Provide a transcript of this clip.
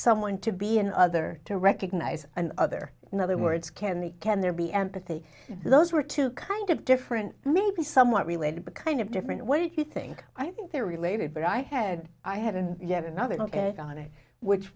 someone to be another to recognize another in other words can the can there be empathy those were two kind of different and maybe somewhat related to kind of different when you think i think they're related but i had i haven't yet another look at on it which